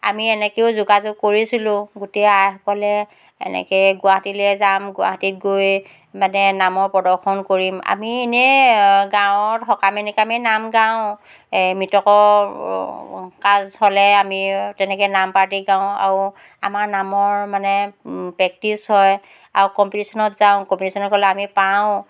আমি এনেকেও যোগাযোগ কৰিছিলোঁ গোটেই আইসকলে এনেকেই গুৱাহাটীলৈ যাম গুৱাহাটীত গৈ মানে নামৰ প্ৰদৰ্শন কৰিম আমি এনেই গাঁৱত সকামে নিকামে নাম গাওঁ মৃতকৰ কাজ হ'লে আমি তেনেকেই নাম পাৰ্টি গাওঁ আৰু আমাৰ নামৰ মানে প্ৰেকটিচ হয় আৰু কমপিটিচনত যাওঁ কমপিটিচনত গ'লে আমি পাওঁ